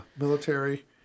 military